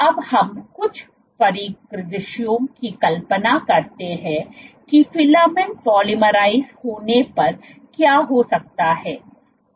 अब हम कुछ परिदृश्यों की कल्पना करते हैं कि फिलामेंट पॉलीमराइज़ होने पर क्या हो सकता है